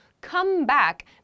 comeback